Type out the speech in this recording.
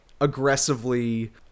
aggressively